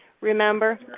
Remember